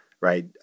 right